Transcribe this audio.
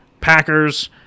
Packers –